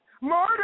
Murder